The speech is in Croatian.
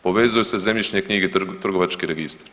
Povezuju se zemljišne knjige trgovački registar.